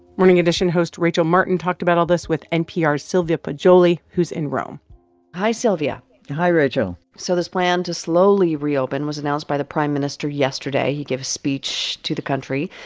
morning edition host rachel martin talked about all this with npr's sylvia poggioli, who's in rome hi, sylvia hi, rachel so this plan to slowly reopen was announced by the prime minister yesterday. he gave a speech to the country.